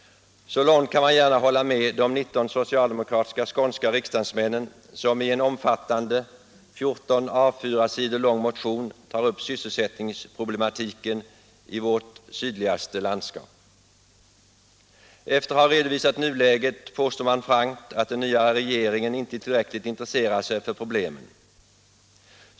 Så långt kan man gärna hålla med de 19 socialdemokratiska skånska riksdagsmän som i en omfattande 14 A 4-sidor lång motion tar upp sysselsättningsproblemen i vårt sydligaste landskap. Efter att ha redovisat nuläget påstår man frankt att den nya regeringen inte tillräckligt intresserar sig för problemen.